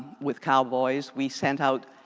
with cowboys, we sent out,